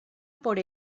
por